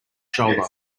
shoulder